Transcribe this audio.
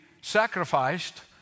sacrificed